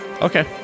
Okay